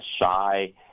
shy